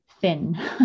thin